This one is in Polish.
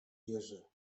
jerzy